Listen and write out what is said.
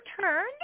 turn